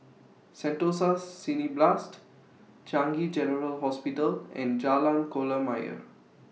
Sentosa Cineblast Changi General Hospital and Jalan Kolam Ayer